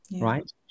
right